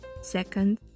second